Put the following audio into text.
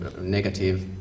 negative